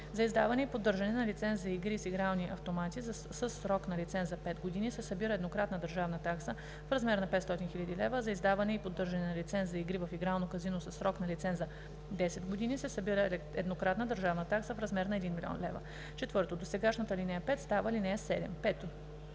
За издаване и поддържане на лиценз за игри с игрални автомати със срок на лиценза 5 години се събира еднократна държавна такса в размер на 500 000 лв., а за издаване и поддържане на лиценз за игри в игрално казино със срок на лиценза 10 години се събира еднократна държавна такса в размер на 1 000 000 лв.“ 4. Досегашната ал. 5 става ал. 7. 5.